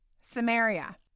Samaria